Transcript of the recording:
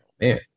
Man